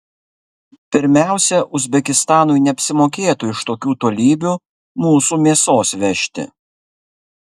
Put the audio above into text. pirmiausia uzbekistanui neapsimokėtų iš tokių tolybių mūsų mėsos vežti